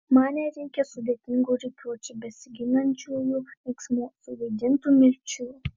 man nereikia sudėtingų rikiuočių besiginančiųjų riksmų suvaidintų mirčių